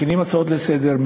מכינים הצעות לסדר-היום,